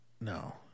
No